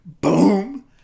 Boom